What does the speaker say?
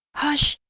hush!